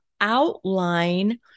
outline